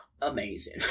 amazing